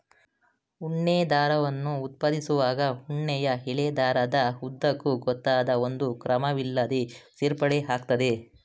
ಉಣ್ಣೆ ದಾರವನ್ನು ಉತ್ಪಾದಿಸುವಾಗ ಉಣ್ಣೆಯ ಎಳೆ ದಾರದ ಉದ್ದಕ್ಕೂ ಗೊತ್ತಾದ ಒಂದು ಕ್ರಮವಿಲ್ಲದೇ ಸೇರ್ಪಡೆ ಆಗ್ತದೆ